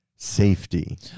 Safety